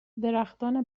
درختان